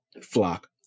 Flock